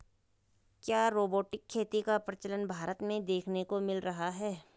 क्या रोबोटिक खेती का प्रचलन भारत में देखने को मिल रहा है?